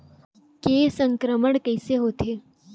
के संक्रमण कइसे होथे?